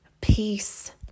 peace